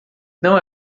não